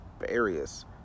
various